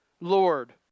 Lord